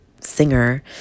singer